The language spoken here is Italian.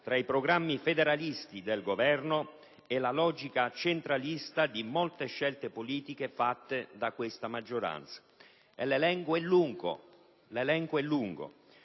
tra i programmi federalisti del Governo e la logica centralista di molte scelte politiche fatte dalla maggioranza. Al riguardo